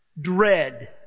dread